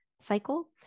cycle